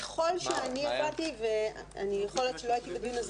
ככל שאני הבנתי ויכול שלא הייתי בדיון אז